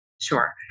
Sure